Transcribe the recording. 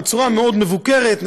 בצורה מאוד מבוקרת,